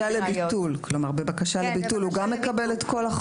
בבקשה לביטול הוא גם מקבל את כל החומר?